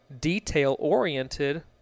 detail-oriented